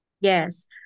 Yes